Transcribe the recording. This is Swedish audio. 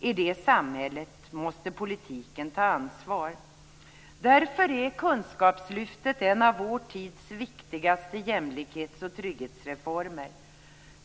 I det samhället måste politiken ta ansvar. Därför är Kunskapslyftet en av vår tids viktigaste jämlikhets och trygghetsreformer.